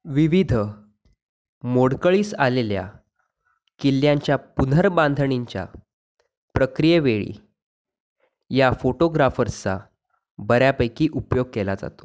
विविध मोडकळीस आलेल्या किल्ल्यांच्या पुनर्बांधणींच्या प्रक्रियेवेळी या फोटोग्राफर्सचा बऱ्यापैकी उपयोग केला जातो